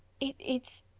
it's. it's.